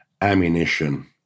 ammunition